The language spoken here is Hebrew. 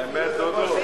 בבקשה,